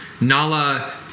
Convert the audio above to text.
Nala